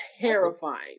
terrifying